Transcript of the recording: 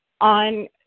on